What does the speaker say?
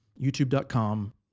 YouTube.com